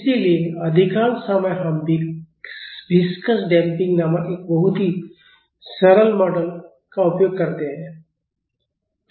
इसलिए अधिकांश समय हम विस्कस डैम्पिंग नामक एक बहुत ही सरल मॉडल का उपयोग करते हैं